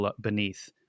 beneath